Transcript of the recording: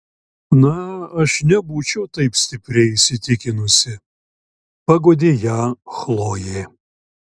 na aš nebūčiau taip stipriai įsitikinusi paguodė ją chlojė